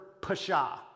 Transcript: pasha